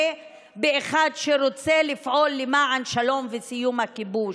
באחד שרוצה לפעול למען שלום וסיכום הכיבוש?